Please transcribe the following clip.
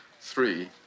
three